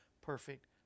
perfect